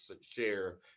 share